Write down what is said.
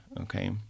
Okay